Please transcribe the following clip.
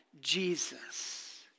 Jesus